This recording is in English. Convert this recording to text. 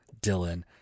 Dylan